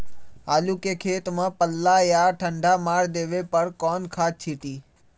आलू के खेत में पल्ला या ठंडा मार देवे पर कौन खाद छींटी?